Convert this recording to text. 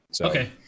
Okay